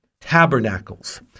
tabernacles